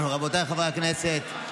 רבותיי חברי הכנסת,